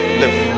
live